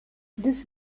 this